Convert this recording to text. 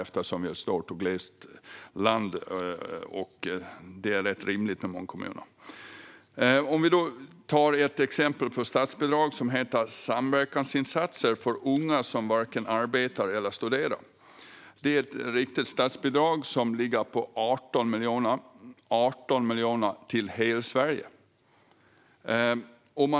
Eftersom det är ett stort och glest land är det rimligt att ha många kommuner. Ett exempel på riktat statsbidrag är samverkansinsatser för unga som varken arbetar eller studerar. Bidraget ligger på 18 miljoner, till hela Sverige!